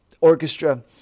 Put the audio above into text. orchestra